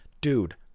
Dude